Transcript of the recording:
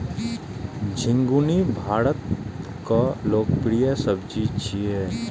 झिंगुनी भारतक लोकप्रिय सब्जी छियै